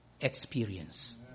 experience